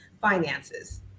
finances